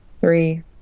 Three